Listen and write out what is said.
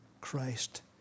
Christ